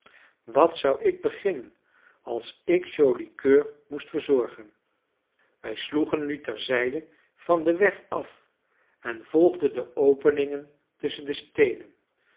wat zou ik beginnen als ik joli coeur moest verzorgen wij sloegen nu terzijde van den weg af en volgden de openingen tusschen de steenen